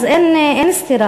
אז אין סתירה.